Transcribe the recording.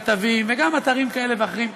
כתבים וגם אתרים כאלה ואחרים,